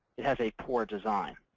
it has a poor design.